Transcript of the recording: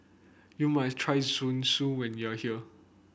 you must try Zosui when you are here